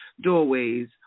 doorways